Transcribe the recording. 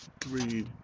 three